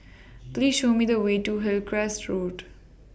Please Show Me The Way to Hillcrest Road